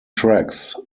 tracks